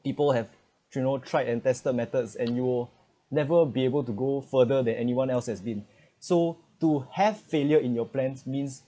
people have general tried and tested methods and you will never be able to go further than anyone else has been so to have failure in your plans means